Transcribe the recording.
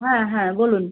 হ্যাঁ হ্যাঁ বলুন